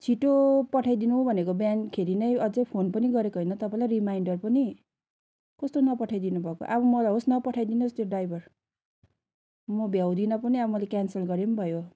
छिट्टो पठाइदिनु भनेको बिहानखेरि नै अझै फोन पनि गरेको होइन तपाईँलाई रिमाइन्डर पनि कस्तो नपठाइदिनु भएको अब मलाई होस् नपठाइदिनोस् त्यो ड्राइभर म भ्याउदिनँ पनि अब मैले क्यान्सल गरे पनि भयो